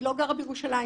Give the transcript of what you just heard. אני לא גרה בירושלים.